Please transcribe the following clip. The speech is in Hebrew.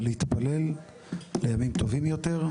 ולהתפלל לימים טובים יותר.